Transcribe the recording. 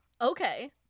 Okay